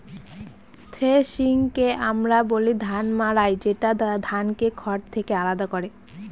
থ্রেশিংকে আমরা বলি ধান মাড়াই যেটা ধানকে খড় থেকে আলাদা করে